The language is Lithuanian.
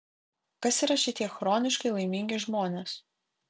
kas yra šitie chroniškai laimingi žmonės